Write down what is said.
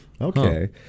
Okay